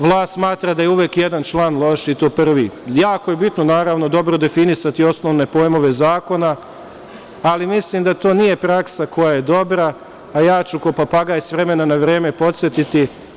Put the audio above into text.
Vlast smatra da je uvek jedak član loš i to 1. Jako je bitno, naravno, dobro definisati osnovne pojmove zakona, ali mislim da to nije praksa koja je dobra, a ja ću kao papagaj, s vremena na vreme podsetiti.